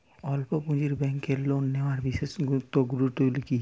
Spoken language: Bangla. স্বল্প পুঁজির ব্যাংকের লোন নেওয়ার বিশেষত্বগুলি কী কী?